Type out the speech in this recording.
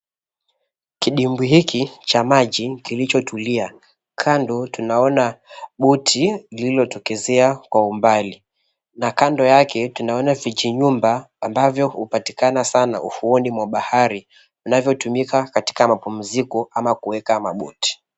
Kidimbwi hiki cha maji kilichotulia, kando tunaona boti lililotokezea kwa umbali, na kando yake tunaona fiche nyumba ambavyo hupatikana sana ufuoni mwa bahari vinavyotumika katika mapumziko ama kuweka maboti.